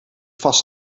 vast